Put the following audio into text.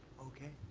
okay.